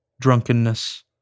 drunkenness